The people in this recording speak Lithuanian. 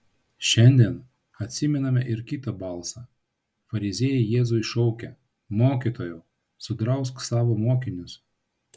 šiandien atsimename ir kitą balsą fariziejai jėzui šaukė mokytojau sudrausk savo mokinius